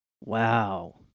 Wow